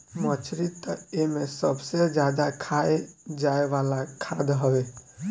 मछरी तअ एमे सबसे ज्यादा खाए जाए वाला खाद्य हवे